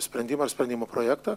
sprendimą ar sprendimo projektą